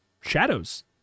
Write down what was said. shadows